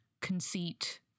conceit